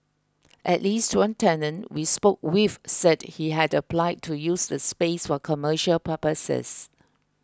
at least one tenant we spoke with said he had applied to use the space for commercial purposes